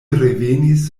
revenis